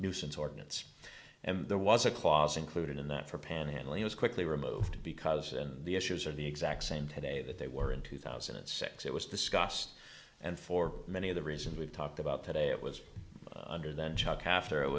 nuisance ordinance and there was a clause included in that for panhandling was quickly removed because the issues are the exact same today that they were in two thousand and six it was discussed and for many of the reasons we've talked about today it was under then chuck after it